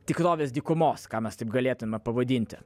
tikrovės dykumos ką mes taip galėtume pavadinti